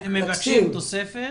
הם מבקשים תוספת.